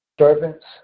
servants